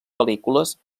pel·lícules